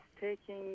taking